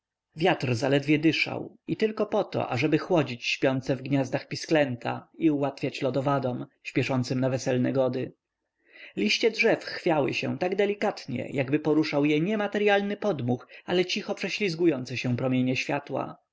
wiatr zaledwie dyszał i tylko poto ażeby chłodzić śpiące w gniazdach pisklęta i ułatwiać lot owadom śpieszącym na weselne gody liście drzew chwiały się tak delikatnie jakby poruszał je nie materyalny podmuch ale cicho prześlizgujące się promienie światła